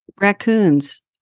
raccoons